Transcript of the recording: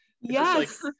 yes